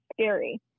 scary